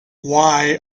why